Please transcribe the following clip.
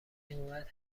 اینقد